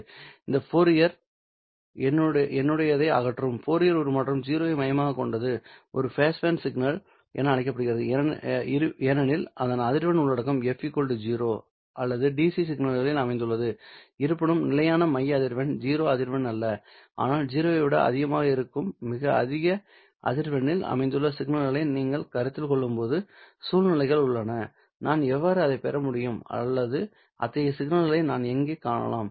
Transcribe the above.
இந்த ஃபோரியர் என்னுடையதை அகற்றும் ஃபோரியர் உருமாற்றம் 0 ஐ மையமாகக் கொண்டது ஒரு பேஸ்பேண்ட் சிக்னல் என அழைக்கப்படுகிறது ஏனெனில் அதன் அதிர்வெண் உள்ளடக்கம் f 0 அல்லது DC சிக்னல்களில் அமைந்துள்ளது இருப்பினும் நிலையான மைய அதிர்வெண் 0 அதிர்வெண் அல்ல ஆனால் 0 ஐ விட அதிகமாக இருக்கும் மிக அதிக அதிர்வெண்ணில் அமைந்துள்ள சிக்னல்களை நீங்கள் கருத்தில் கொள்ளும்போது சூழ்நிலைகள் உள்ளன நான் எவ்வாறு அதை பெற முடியும் அல்லது அத்தகைய சிக்னல்களை நான் எங்கே காணலாம்